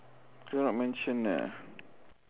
cannot mention ah